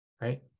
right